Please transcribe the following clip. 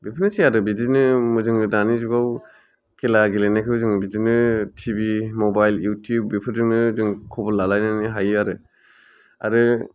बेफोरनोसै आरो बिदिनो मो जोङो दानि जुगाव खेला गेलेनायखौ जों बिदिनो टि भि मबाइल इउटुब बेफोरजोंनो जोङो खबर लालायलायनो हायो आरो आरो